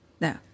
No